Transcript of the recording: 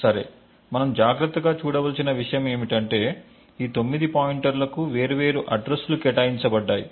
సరే మనం జాగ్రత్తగా చూడవలసిన విషయం ఏమిటంటే ఈ 9 పాయింటర్లకు వేర్వేరు అడ్రస్ లు కేటాయించబడ్డాయి